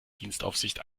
dienstaufsicht